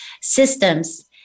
systems